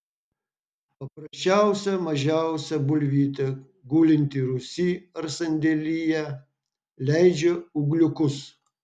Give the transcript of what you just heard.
paprasčiausia mažiausia bulvytė gulinti rūsy ar sandėlyje leidžia ūgliukus